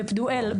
בפדואל,